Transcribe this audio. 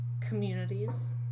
communities